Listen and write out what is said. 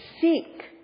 seek